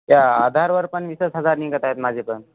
त्या आधारवर पण वीसच हजार निघत आहेत माझे पण